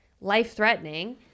life-threatening